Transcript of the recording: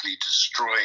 destroy